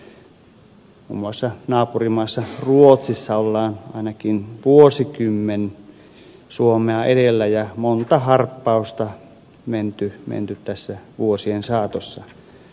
muun muassa naapurimaassa ruotsissa ollaan ainakin vuosikymmen suomea edellä ja monta harppausta menty tässä vuosien saatossa